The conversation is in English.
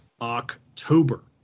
October